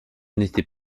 n’était